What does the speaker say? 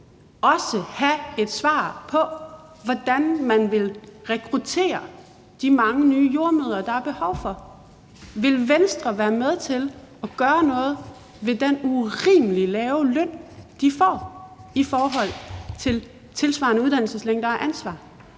også have et svar på, hvordan man vil rekruttere de mange nye jordemødre, der er behov for. Vil Venstre være med til at gøre noget ved den urimelig lave løn, de får, i forhold til tilsvarende uddannelseslængde og ansvar?